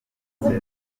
hari